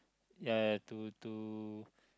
ya to to